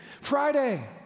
Friday